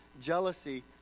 jealousy